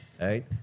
Right